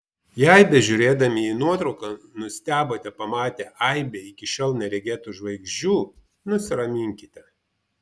jei bežiūrėdami į nuotrauką nustebote pamatę aibę iki šiol neregėtų žvaigždžių nusiraminkite